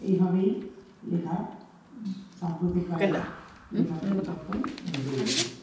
এইভাবেই লেখার সাম্প্রতিককালে লেখার পরিবর্তন এনে দিয়েছে